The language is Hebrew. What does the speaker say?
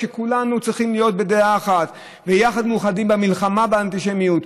כשכולנו צריכים להיות בדעה אחת ויחד מאוחדים במלחמה באנטישמיות.